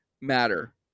matter